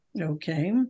Okay